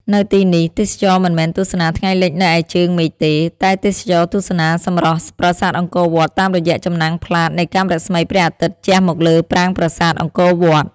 នៅទីនេះ ទេសចរមិនមែនទស្សនាថ្ងៃលិចនៅឯជើងមេឃទេ តែទេសចរទស្សនាសម្រស់ប្រាសាទអង្គរវត្តតាមរយៈចំណាំងផ្លាតនៃកាំរស្មីព្រះអាទិត្យជះមកលើប្រាង្គប្រាសាទអង្គរវត្ត។